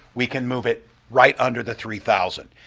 we can move it right under the three thousand.